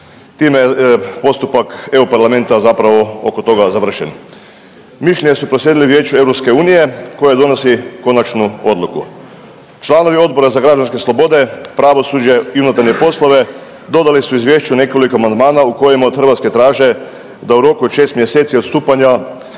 Time je postupak EU parlamenta zapravo oko toga završen. Mišljenja smo proslijedili Vijeću EU koje donosi konačnu odluku. Članovi Odbora za građanske slobode, pravosuđe i unutarnje poslove dodali su izvješću nekoliko amandmana u kojim od Hrvatske traže da u roku od 6 mjeseci od stupanja